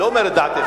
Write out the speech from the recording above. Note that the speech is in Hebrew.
אני לא אומר את דעתך.